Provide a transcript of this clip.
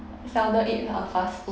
seldom eat kind of fast food